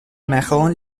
meurent